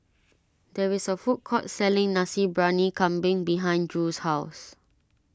there is a food court selling Nasi Briyani Kambing behind Drew's house